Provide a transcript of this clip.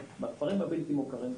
בכפרים הבלתי מוכרים,